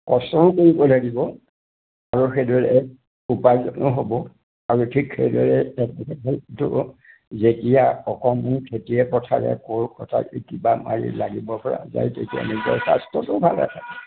কষ্টও কৰিব লাগিব আৰু সেইদৰে উপাৰ্জনো হ'ব আৰু ঠিক সেইদৰে হ'ব যেতিয়া অসমৰ খেতিয়ে পথাৰে কোৰ কটাৰী কিবা মাৰি লাগিব পৰা যায় তেতিয়া নিজৰ স্বাস্থ্য়টো ভালে থাকে